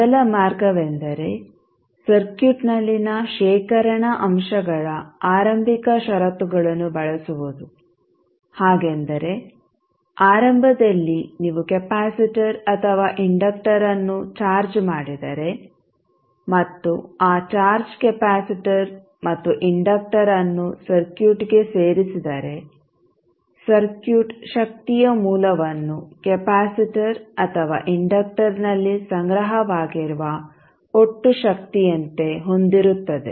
ಮೊದಲ ಮಾರ್ಗವೆಂದರೆ ಸರ್ಕ್ಯೂಟ್ನಲ್ಲಿನ ಶೇಖರಣಾ ಅಂಶಗಳ ಆರಂಭಿಕ ಷರತ್ತುಗಳನ್ನು ಬಳಸುವುದು ಹಾಗೆಂದರೆ ಆರಂಭದಲ್ಲಿ ನೀವು ಕೆಪಾಸಿಟರ್ ಅಥವಾ ಇಂಡಕ್ಟರ್ ಅನ್ನು ಚಾರ್ಜ್ ಮಾಡಿದರೆ ಮತ್ತು ಆ ಚಾರ್ಜ್ಡ್ ಕೆಪಾಸಿಟರ್ ಮತ್ತು ಇಂಡಕ್ಟರ್ ಅನ್ನು ಸರ್ಕ್ಯೂಟ್ಗೆ ಸೇರಿಸಿದರೆ ಸರ್ಕ್ಯೂಟ್ ಶಕ್ತಿಯ ಮೂಲವನ್ನು ಕೆಪಾಸಿಟರ್ ಅಥವಾ ಇಂಡಕ್ಟರ್ನಲ್ಲಿ ಸಂಗ್ರಹವಾಗಿರುವ ಒಟ್ಟು ಶಕ್ತಿಯಂತೆ ಹೊಂದಿರುತ್ತದೆ